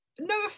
No